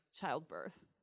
childbirth